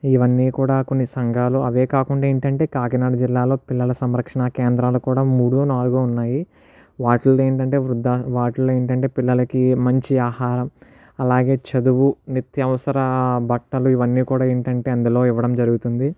ఇవన్నీ కూడా కొన్ని సంఘాలు అవే కాకుండా ఏంటంటే కాకినాడ జిల్లాలో పిల్లల సంరక్షణ కేంద్రాలు కూడా మూడు నాలుగు ఉన్నాయి వాటిలో ఏంటంటే పిల్లలకి మంచి ఆహరం అలాగే చదువు నిత్య అవసర బట్టలు ఇవన్నీ కూడా ఏంటంటే ఇందులో ఇవ్వడం జరుగుతుంది